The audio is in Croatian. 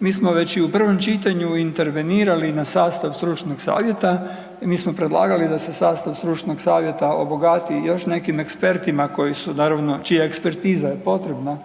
mi smo već i u prvom čitanju intervenirali na sastav stručnog savjeta, mi smo predlagali da se sastav stručnog savjeta obogati još nekim ekspertima koji su naravno, čija je ekspertiza je potrebna